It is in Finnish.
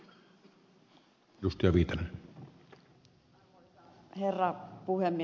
arvoisa herra puhemies